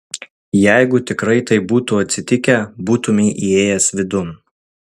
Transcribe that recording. jeigu tikrai taip būtų atsitikę būtumei įėjęs vidun